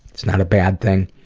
it's not a bad thing.